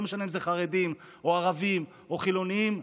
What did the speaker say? לא משנה אם זה חרדים או ערבים או חילונים,